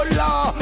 law